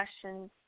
questions